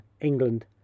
England